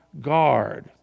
guard